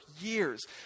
years